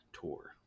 tour